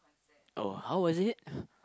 oh how was it